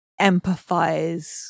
empathize